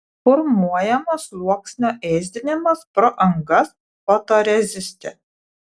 formuojamo sluoksnio ėsdinimas pro angas fotoreziste